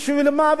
בשביל מה?